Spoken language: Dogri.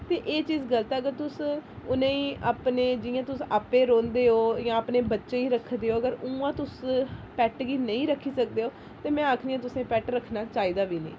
ते एह् चीज़ गलत ऐ अगर तुस उनेंगी अपने जियां तुस आपे रौंह्दे ओ जां अपने बच्चें गी रखदे ओ अगर उयां तुस पैट गी नेईं रक्खी सकदे ओ ते मैं आक्खनी आं तुसें पैट रक्खना चाहिदा बी नेईं